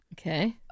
Okay